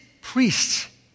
priests